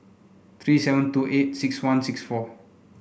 three seven two eight six one six four